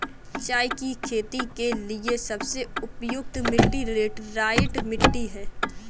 चाय की खेती के लिए सबसे उपयुक्त मिट्टी लैटराइट मिट्टी है